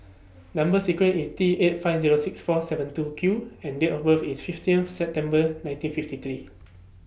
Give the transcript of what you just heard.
Number sequence IS T eight five Zero six four seven two Q and Date of birth IS fifteen September nineteen fifty three